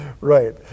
right